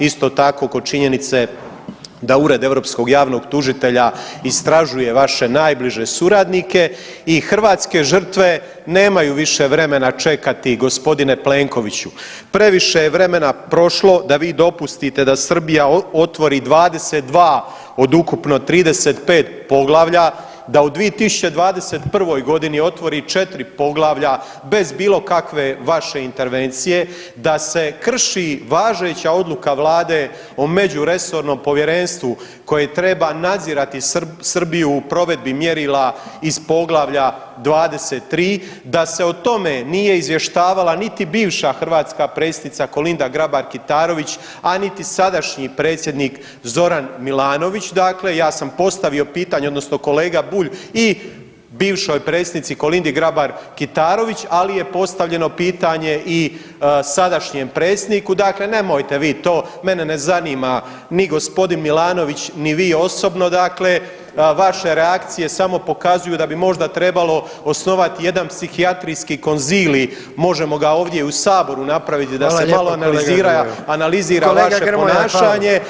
Isto tako oko činjenice da ured europskog javnog tužitelja istražuje vaše najbliže suradnike i hrvatske žrtve nemaju više vremena čekati gospodine Plenkoviću, previše je vremena prošlo da vi dopustite da Srbija otvori 22 od ukupno 35 poglavlja, da u 2021.g. otvori 4 poglavlja bez bilo kakve vaše intervencije, da se krši važeća odluka vlade o međuresornom povjerenstvu koje treba nadzirati Srbiju u provedbi mjerila iz poglavlja 23, da se o tome nije izvještavala niti bivša hrvatska predsjednica Kolinda Grabar Kitarović, a niti sadašnji predsjednik Zoran Milanović, dakle ja sam postavio pitanje odnosno kolega Bulj i bivšoj predsjednici Kolindi Grabar Kitarović, ali je postavljeno pitanje i sadašnjem predsjedniku, dakle nemojte vi to, mene ne zanima ni g. Milanović, ni vi osobno, dakle vaše reakcije samo pokazuju da bi možda trebalo osnovati jedan psihijatrijski konzilij, možemo ga ovdje i u saboru napraviti da se malo analizira [[Upadica: Hvala lijepa kolega Grmoja]] analizira [[Upadica: Kolega Grmoja, hvala]] vaše ponašanje.